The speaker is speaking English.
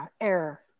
error